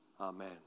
Amen